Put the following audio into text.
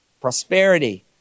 prosperity